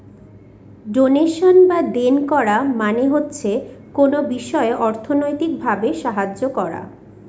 donation বা দেন করা মানে হচ্ছে কোনো বিষয়ে অর্থনৈতিক ভাবে সাহায্য করা